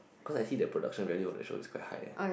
cause I see the production value of the show is quite high ah